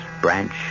branch